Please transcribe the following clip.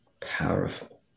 Powerful